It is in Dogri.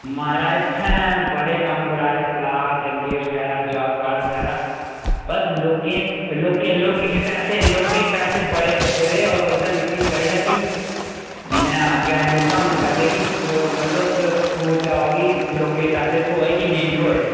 महाराज तुसें बड़े कम्म कराए तलाऽ डंगे बगैरा जॉब कॉर्ड बगैरा पर लोकें लोकें लोकें पैसे लोकें पैसे बड़े फसे दे होर ओह्दा मिकी चाहिदा कि मैं अग्गे मेरे 'शा मंगै दे कि मतलब तुस सबूत दाओ कि लोकें दे पैसे थ्होए कि नेईं थ्होए